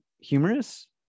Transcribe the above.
humorous